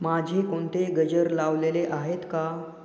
माझे कोणते गजर लावलेले आहेत का